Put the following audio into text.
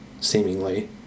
seemingly